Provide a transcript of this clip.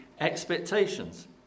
expectations